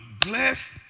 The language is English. bless